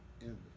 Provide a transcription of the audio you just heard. End